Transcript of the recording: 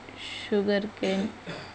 sugarcane